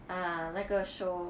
ah 那个 show